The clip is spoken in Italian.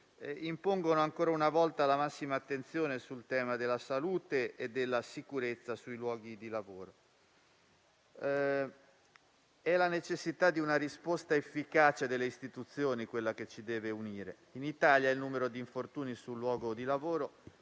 impongono, ancora una volta, la massima attenzione sul tema della salute e della sicurezza sui luoghi di lavoro. È la necessità di una risposta efficace delle istituzioni quella che ci deve unire. In Italia il numero di infortuni sul luogo di lavoro,